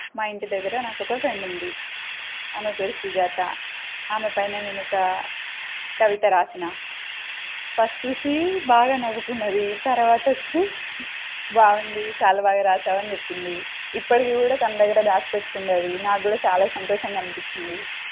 మా ఇంటి దగ్గర నాకొక ఫ్రెండుంది ఆమె పేరు సుజాత ఆమె పైన నేనొక కవిత రాసాను ఫస్ట్ చూసి బాగా నవ్వుకున్నాది తర్వాత వచ్చి బాగుంది చాలా బాగా రాశావని చెప్పింది ఇప్పటికి కూడా తన దగ్గర దాచి పెట్టుకుందది నాక్కూడా చాలా సంతోషంగా అనిపించింది